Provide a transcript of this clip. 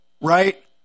right